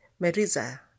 Marisa